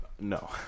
No